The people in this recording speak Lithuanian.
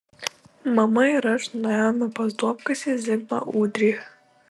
mama ir aš nuėjome pas duobkasį zigmą ūdrį